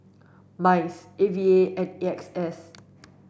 MINDS A V A and A X S